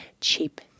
Cheap